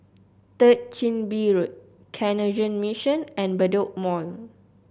Third Chin Bee Road Canossian Mission and Bedok Mall